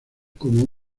como